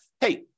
hey